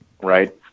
Right